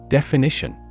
Definition